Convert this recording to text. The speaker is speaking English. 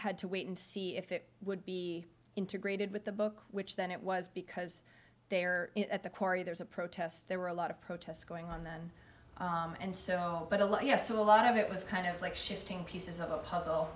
had to wait and see if it would be integrated with the book which then it was because they are at the quarry there's a protest there were a lot of protests going on then and so but a lot yes a lot of it was kind of like shifting pieces of a puzzle